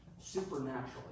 supernaturally